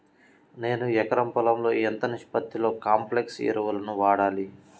నేను ఎకరం పొలంలో ఎంత నిష్పత్తిలో కాంప్లెక్స్ ఎరువులను వాడాలి?